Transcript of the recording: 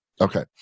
Okay